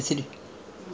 yes